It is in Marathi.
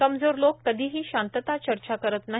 कमजोर लोक कधीही शांतता चर्चा करत नाही